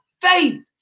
faith